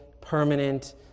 permanent